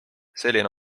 selline